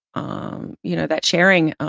um you know, that sharing?